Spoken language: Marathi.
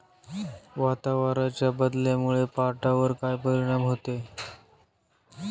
वातावरणाच्या बदलामुळे पावट्यावर काय परिणाम होतो?